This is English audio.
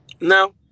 no